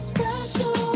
Special